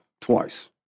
twice